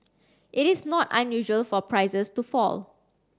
it is not unusual for prices to fall